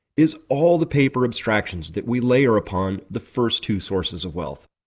is all the paper abstractions that we layer upon the first two sources of wealth.